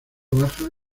baja